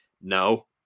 No